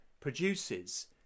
produces